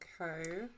Okay